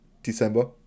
December